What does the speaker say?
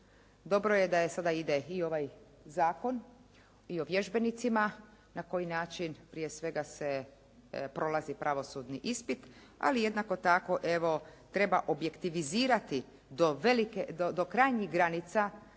Dobro je da sada ide i ovaj zakon i o vježbenicima na koji način prije svega se prolazi pravosudni ispit, ali jednako tako, evo treba objektivizirati do krajnjih granica,